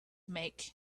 make